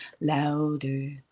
louder